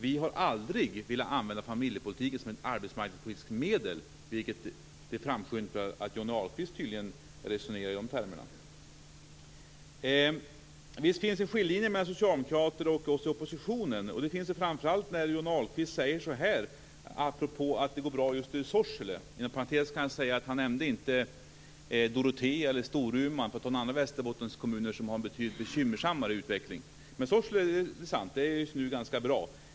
Vi har aldrig velat använda familjepolitiken som ett arbetsmarknadspolitiskt medel, men det framskymtar att Johnny Ahlqvist tydligen resonerar i sådana termer. Visst finns det en skiljelinje mellan socialdemokraterna och oss i oppositionen. Den visar sig framför allt när Johnny Ahlqvist talar om att det går bra uppe i Sorsele. Jag kan inom parentes säga att han inte nämnde Dorotea eller Storuman och de andra Västerbottenkommuner som har en betydligt bekymmersammare utveckling. Men Sorsele är intressant. Det går där just nu ganska bra.